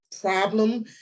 problem